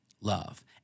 love